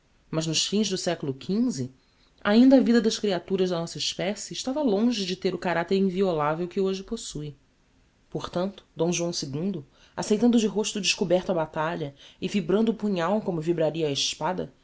mas nos fins do seculo xv ainda a vida das creaturas da nossa especie estava longe de ter o caracter inviolavel que hoje possue por tanto d joão ii aceitando de rosto descoberto a batalha e vibrando o punhal como vibraria a espada